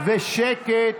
שקט.